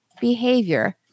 behavior